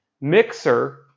Mixer